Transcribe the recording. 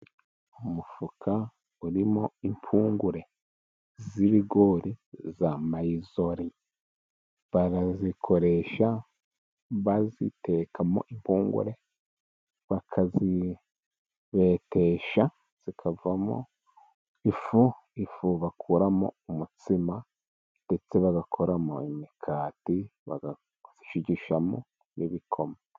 Umufuka urimo impungure z'ibigori bya mayizori, barabikoresha, babitekamo impungure, bakabibetesha bikavamo ifu, ifu bakuramo umutsima ndetse bagakoramo imikati, bagashigishamo n'ibikoma.